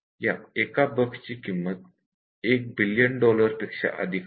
या एका बग्स ची किंमत एक बिलियन डॉलर पेक्षा अधिक आहे